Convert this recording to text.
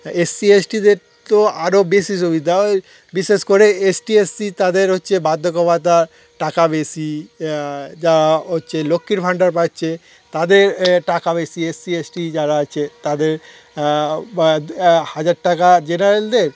SC এসটিদের তো আরও বেশি সুবিধা ওই বিশেষ করে এসটি এসসি তাদের হচ্ছে বার্ধ্যক্যবাতা টাকা বেশি যা হচ্ছে লক্ষ্মীর ভাণ্ডার পাচ্ছে তাদের টাকা বেশি এসসি এসটি যারা আছে তাদের হাজার টাকা জেনারেলদের